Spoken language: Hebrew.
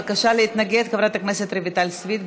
בקשה להתנגד, חברת הכנסת רויטל סויד.